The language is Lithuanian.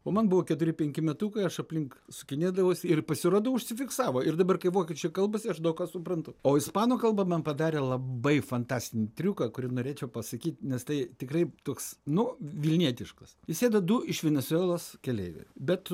o man buvo keturi penki metukai aš aplink sukinėdavausi ir pasirodo užsifiksavo ir dabar kai vokiečiai kalbas aš daug ką suprantu o ispanų kalba man padarė labai fantastinį triuką kurį norėčiau pasakyt nes tai tikrai toks nu vilnietiškas įsėdo du iš venesuelos keleiviai bet